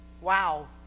wow